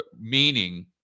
meaning